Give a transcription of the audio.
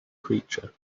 creature